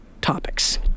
topics